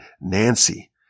Nancy